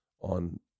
on